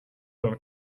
რომ